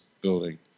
building